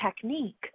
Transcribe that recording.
technique